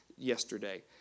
Yesterday